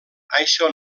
això